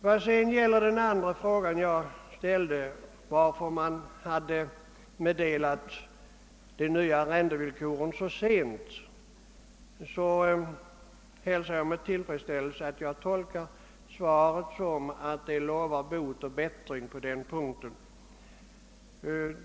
Min andra fråga gällde varför man meddelat de nya arrendevillkoren så sent. Jag hälsar med tillfredsställelse att svaret — som jag tolkar det — lovar bot och bättring på den punkten.